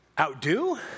Outdo